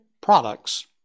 products